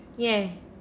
ஏன்:aen